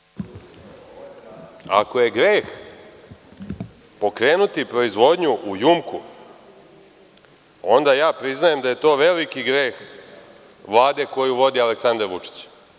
Ako je greh pokrenuti proizvodnju u „JUMKO“ onda ja priznajem da je to veliki greh Vlade koju vodi Aleksandar Vučić.